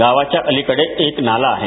गावाच्या अलीकडे एक नाला आहे